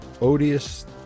odious